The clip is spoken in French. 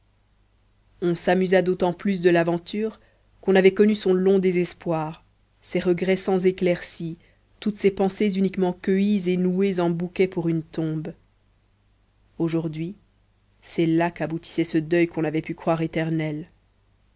on s'amusa d'autant plus de l'aventure qu'on avait connu son long désespoir ses regrets sans éclaircie toutes ses pensées uniquement cueillies et nouées en bouquet pour une tombe aujourd'hui c'est là qu'aboutissait ce deuil qu'on avait pu croire éternel